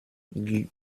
die